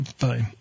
Bye